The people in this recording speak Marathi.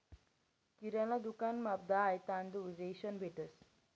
किराणा दुकानमा दाय, तांदूय, रेशन भेटंस